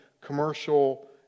commercial